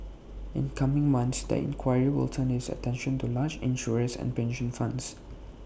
in coming months the inquiry will turn its attention to large insurers and pension funds